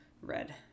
red